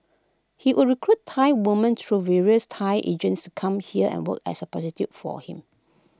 he would recruit Thai women through various Thai agents to come here and work as prostitutes for him